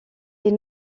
est